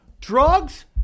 Drugs